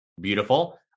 Beautiful